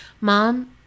Mom